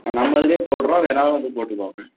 நம்ம இதுலையும் போடுகிறோம் வேணாலும் வந்து போட்டுக்கோங்க